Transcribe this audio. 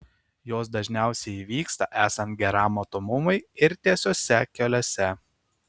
jos dažniausiai įvyksta esant geram matomumui ir tiesiuose keliuose